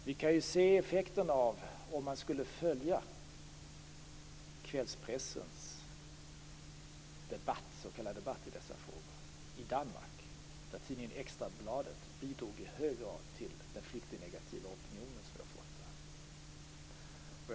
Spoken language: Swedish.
Vi kan se effekterna av hur det kan gå, om man skulle följa kvällspressens s.k. debatt i dessa frågor, i Danmark. Där bidrog tidningen Ekstrabladet i hög grad till den flyktingnegativa opinionen som finns där.